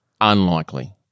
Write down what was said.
Unlikely